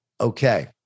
okay